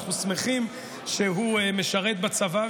אנחנו שמחים שהוא משרת בצבא.